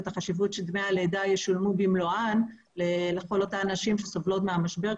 ואת החשיבות שדמי הלידה ישולמו במלואן לכל הנשים שסובלות מהמשבר,